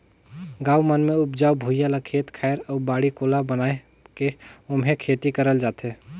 गाँव मन मे उपजऊ भुइयां ल खेत खायर अउ बाड़ी कोला बनाये के ओम्हे खेती करल जाथे